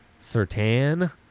Sertan